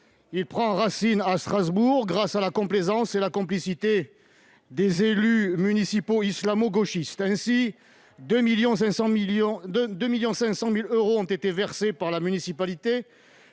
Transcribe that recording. Il prend racine à Strasbourg, grâce à la complaisance et à la complicité des élus municipaux islamo-gauchistes. Ainsi, 2 500 000 euros ont été versés par la municipalité